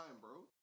bro